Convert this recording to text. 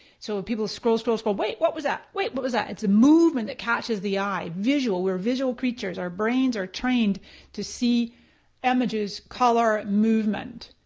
so ah people scroll scroll scroll, wait, what was that, wait what was that? it's a movement that catches the eye. visual, we're visual creatures. our brains are trained to see images, color, movement.